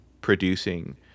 producing